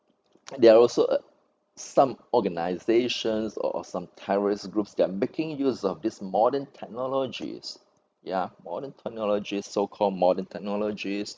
there are also uh some organizations or some terrorist groups that are making use of this modern technologies ya modern technologies so called modern technologies